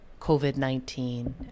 COVID-19